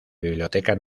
biblioteca